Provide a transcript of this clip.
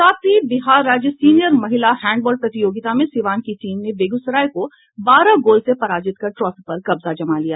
सातवीं बिहार राज्य सीनियर महिला हैंडबॉल प्रतियोगिता में सीवान की टीम ने बेगूसराय को बारह गोल से पराजित कर ट्रॉफी पर कब्जा जमा लिया